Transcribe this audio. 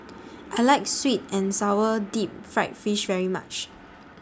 I like Sweet and Sour Deep Fried Fish very much